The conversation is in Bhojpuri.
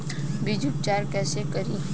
बीज उपचार कईसे करी?